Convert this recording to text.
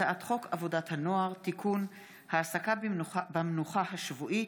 הצעת חוק למניעת חרם חברתי בבתי ספר,